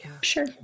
sure